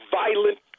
violent